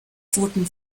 pfoten